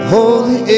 Holy